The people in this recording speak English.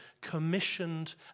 commissioned